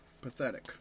pathetic